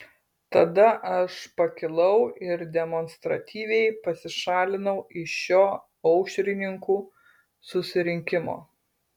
tada aš pakilau ir demonstratyviai pasišalinau iš šio aušrininkų susirinkimo